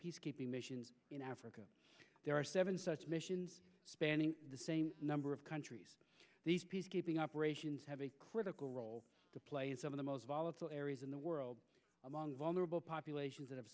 peacekeeping missions in africa there are seven such missions spanning the same number of countries these peacekeeping operations have a critical role to play in some of the most volatile areas in the world among vulnerable populations that have